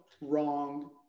wrong